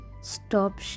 Stop